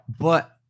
But-